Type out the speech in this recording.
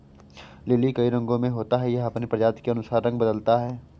lily कई रंगो में होता है, यह अपनी प्रजाति के अनुसार रंग बदलता है